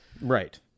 Right